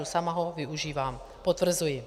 Sama ho využívám, potvrzuji.